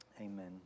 Amen